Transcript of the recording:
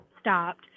stopped